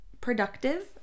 productive